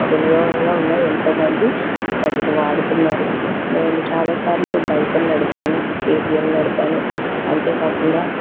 వినియోగంగా ఉన్నాయి ఎంతోమంది వాటిని వాడుతున్నారు నేను చాలా సార్లు బైక్ని నడిపాను కేటీఎం నడిపాను అంతేకాకుండా